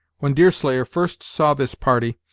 when deerslayer first saw this party,